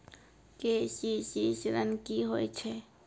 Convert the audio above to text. KCC ॠन की होय छै?